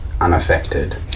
unaffected